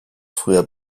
früher